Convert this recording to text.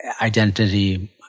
identity